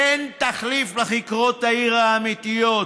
אין תחליף לכיכרות העיר האמיתיות,